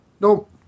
Nope